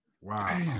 Wow